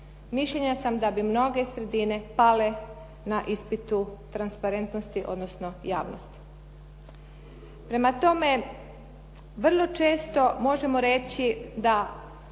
Mišljenja sam da bi mnoge sredine pale na ispitu transparentnosti, odnosno javnosti. Prema tome, vrlo često možemo reći da